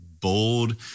bold